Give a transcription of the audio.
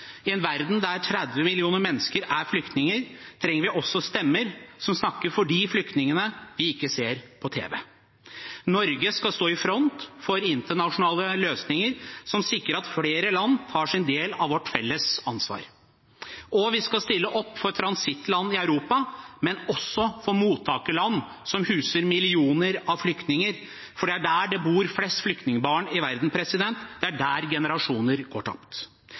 I en verden der 30 millioner mennesker er flyktninger, trenger vi også stemmer som snakker for de flyktningene vi ikke ser på tv. Norge skal stå i front for internasjonale løsninger som sikrer at flere land tar sin del av vårt felles ansvar, og vi skal stille opp for transittland i Europa, men også for mottakerland som huser millioner av flyktninger, for det er der det bor flest flyktningbarn i verden, det er der generasjoner går tapt.